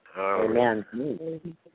Amen